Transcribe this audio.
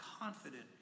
confident